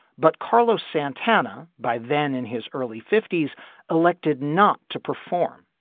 but carlos santana by then in his early fifty s elected not to perform.